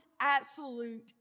absolute